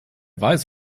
weiß